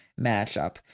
matchup